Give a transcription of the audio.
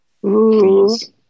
Please